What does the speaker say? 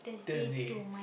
Thursday